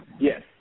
Yes